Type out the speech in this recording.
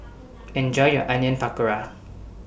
Enjoy your Onion Pakora